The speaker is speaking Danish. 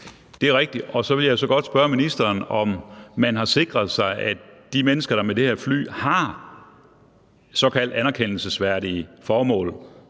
Det er rigtigt. Og så vil jeg godt spørge ministeren, om man har sikret sig, at de mennesker, der er med det her fly, har såkaldt anerkendelsesværdige formål,